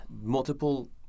multiple